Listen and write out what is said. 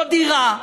לא דירה,